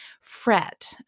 fret